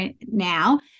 now